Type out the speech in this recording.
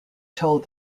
told